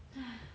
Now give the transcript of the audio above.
!hais!